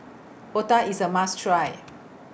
Otah IS A must Try